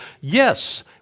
yes